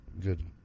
good